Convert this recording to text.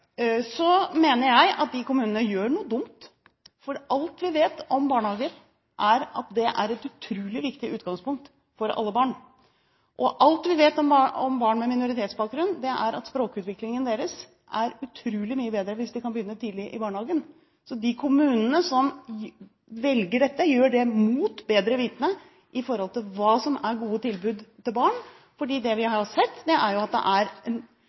Så mener jeg at disse kommunene gjør noe dumt, for alt vi vet om barnehager, er at det er et utrolig viktig utgangspunkt for alle barn. Og alt vi vet om barn med minoritetsbakgrunn, er at språkutviklingen deres er utrolig mye bedre hvis de kan begynne tidlig i barnehagen. Så de kommunene som velger dette, gjør det mot bedre vitende i forhold til hva som er gode tilbud til barn, for det vi har sett, er at det er langt flere minoritetsforeldre som har valgt kontantstøtte enn det er